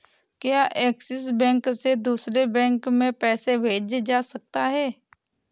क्या Axis bank से दूसरे बैंक में पैसे भेजे जा सकता हैं?